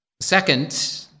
Second